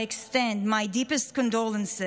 I extend my deepest condolences.